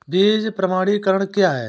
बीज प्रमाणीकरण क्या है?